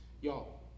Y'all